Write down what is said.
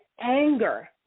anger